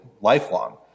lifelong